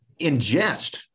ingest